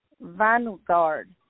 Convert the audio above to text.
Vanguard